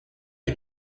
est